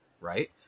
right